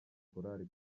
korali